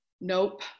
Nope